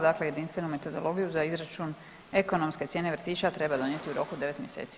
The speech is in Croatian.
Dakle, jedinstvenu metodologiju za izračun ekonomske cijene vrtića treba donijeti u roku od 9 mjeseci.